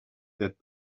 that